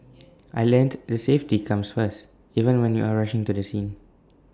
I learnt that safety comes first even when you are rushing to the scene